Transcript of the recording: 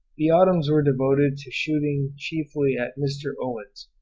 the autumns were devoted to shooting chiefly at mr. owen's,